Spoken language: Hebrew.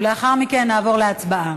גם כאשר אלה נעשות על-ידי מוסדות ללא כוונת